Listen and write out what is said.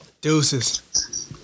Deuces